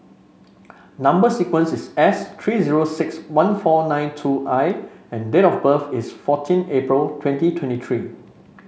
number sequence is S three zero six one four nine two I and date of birth is fourteen April twenty twenty three